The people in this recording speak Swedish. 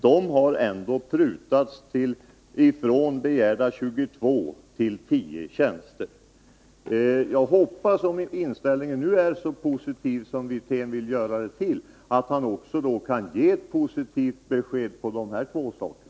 Här har det ändå prutats från de begärda 22 tjänsterna till 10 tjänster. Om herr Wirténs inställning är så positiv som han gör gällande, hoppas jag att han också kan ge ett positivt besked på de här två punkterna.